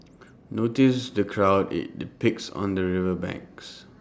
notice the crowd IT depicts on the river banks